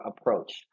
approach